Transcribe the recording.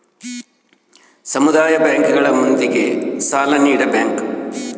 ಸಮುದಾಯ ಬ್ಯಾಂಕ್ ಗಳು ಮಂದಿಗೆ ಸಾಲ ನೀಡ ಬ್ಯಾಂಕ್